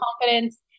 confidence